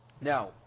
Now